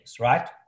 right